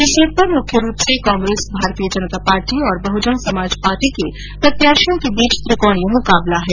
इस सीट पर मुख्य रूप से कांग्रेस भारतीय जनता पार्टी और बहजन समाज पार्टी के प्रत्याशियों के बीच त्रिकोणीय मुकाबला है